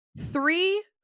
Three